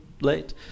late